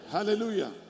Hallelujah